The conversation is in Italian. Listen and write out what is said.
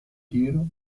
tiro